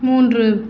மூன்று